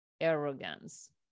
arrogance